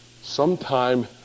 sometime